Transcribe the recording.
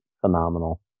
phenomenal